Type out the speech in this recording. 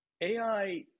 AI